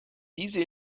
diese